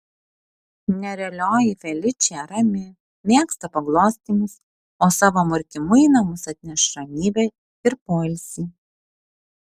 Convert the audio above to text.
nerealioji feličė rami mėgsta paglostymus o savo murkimu į namus atneš ramybę ir poilsį